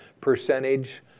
percentage